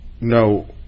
no